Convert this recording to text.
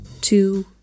two